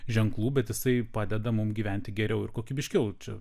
ženklų bet jisai padeda mum gyventi geriau ir kokybiškiau čia